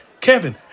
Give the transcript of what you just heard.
Kevin